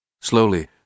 Slowly